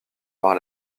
par